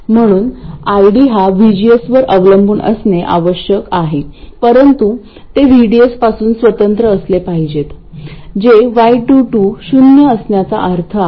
म्हणून ID हा VGS वर अवलंबून असणे आवश्यक आहे परंतु ते VDS पासून स्वतंत्र असले पाहिजेत जे y22 शून्य असण्याचा अर्थ आहे